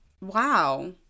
Wow